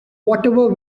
whatever